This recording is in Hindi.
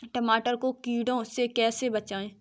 टमाटर को कीड़ों से कैसे बचाएँ?